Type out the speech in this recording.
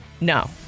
No